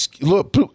look